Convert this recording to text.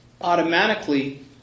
automatically